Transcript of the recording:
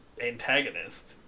antagonist